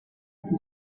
who